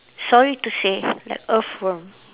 sorry to say like earthworm